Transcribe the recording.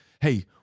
hey